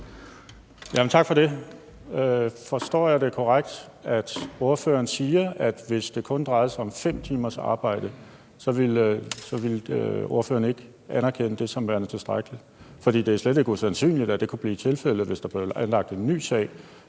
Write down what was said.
Tak for det. Forstår jeg det korrekt, altså at ordføreren siger, at hvis det kun drejede sig om 5 timers arbejde, så ville ordføreren ikke anerkende det som værende tilstrækkeligt, for det er slet ikke usandsynligt, at det kunne blive tilfældet, hvis der blev anlagt en ny sag,